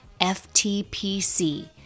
FTPC